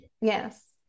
Yes